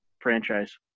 franchise